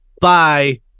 bye